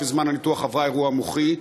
ובזמן הניתוח עברה אירוע מוחי.